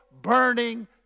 burning